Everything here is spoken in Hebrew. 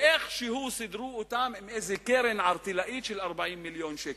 שאיכשהו סידרו אותם עם איזו קרן ערטילאית של 40 מיליון שקל.